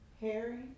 Harry